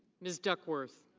ms. duckworth.